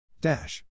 Dash